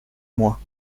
moi